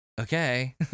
okay